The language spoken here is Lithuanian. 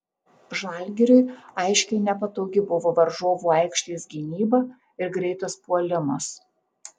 žalgiriui aiškiai nepatogi buvo varžovų aikštės gynyba ir greitas puolimas